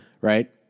Right